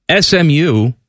smu